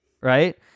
right